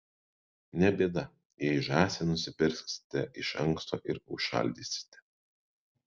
ne bėda jei žąsį nusipirksite iš anksto ir užšaldysite